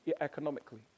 economically